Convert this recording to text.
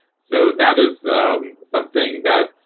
so that is something that,